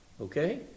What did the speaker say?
Okay